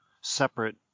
separate